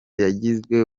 yagizwe